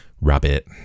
rabbit